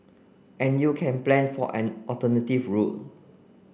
and you can plan for an alternative route